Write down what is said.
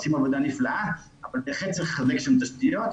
עושים עבודה נפלאה אבל בהחלט צריך לחזק שם תשתיות.